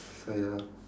so ya